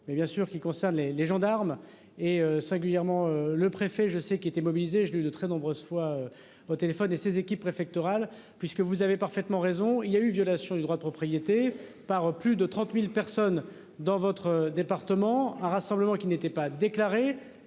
et bien sûr qui concerne les les gendarmes et singulièrement le préfet je sais qui étaient mobilisés. Je ai eu de très nombreuses fois votre téléphone et ses équipes préfectorale, puisque vous avez parfaitement raison, il y a eu violation du droit de propriété par plus de 30.000 personnes dans votre département. Un rassemblement qui n'était pas.